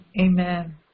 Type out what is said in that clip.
Amen